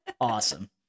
awesome